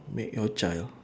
make your child